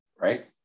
right